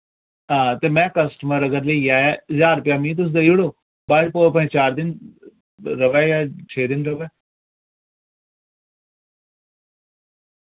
हां ते में कस्टमर अगर ली आया ज्हार रपेया मि तुस देई ओड़ो बाच ओ भाएं चार दिन रवै यां छे दिन रवै